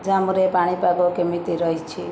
ଜମ୍ମୁରେ ପାଣିପାଗ କେମିତି ରହିଛି